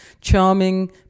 charming